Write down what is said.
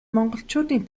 монголчуудын